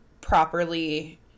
properly